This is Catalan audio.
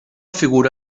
figura